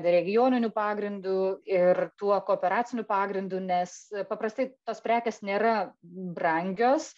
regioniniu pagrindu ir tuo kooperaciniu pagrindu nes paprastai tos prekės nėra brangios